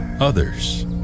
Others